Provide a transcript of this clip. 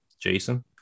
Jason